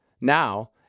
Now